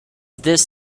this